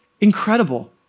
Incredible